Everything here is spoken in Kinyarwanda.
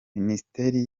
minisiteri